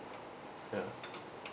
ya